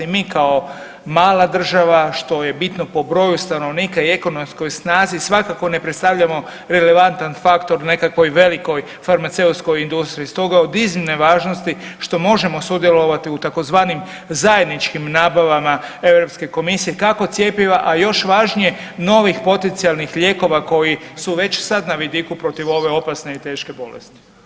Mi mala država što je bitno po broju stanovnika i ekonomskoj snazi svakako ne predstavljamo relevantan faktor nekakvoj velikoj farmaceutskoj industriji stoga je od iznimne važnosti što možemo sudjelovati u tzv. zajedničkim nabavama Europske komisije kako cjepiva, a još važnije novih potencijalnih lijekova koji su već sad na vidiku protiv ove opasne i teške bolesti.